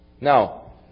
Now